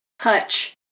hutch